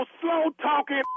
slow-talking